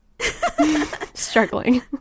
struggling